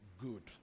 good